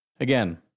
Again